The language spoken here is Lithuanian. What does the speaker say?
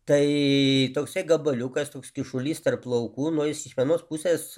tai toksai gabaliukas toks kyšulys tarp laukų nu jis iš vienos pusės